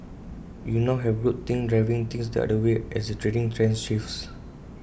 you now have group think driving things the other way as the trading trends shifts